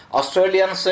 Australian